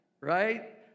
Right